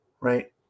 right